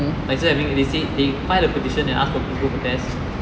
like so having they said they filed a petition and ask for peaceful protest